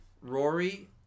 Rory